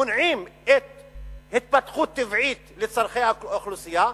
מונעים התפתחות טבעית לצורכי האוכלוסייה,